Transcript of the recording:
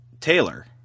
Taylor